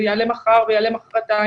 ויעלה מחר ומחרתיים,